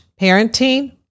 parenting